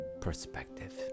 perspective